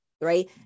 right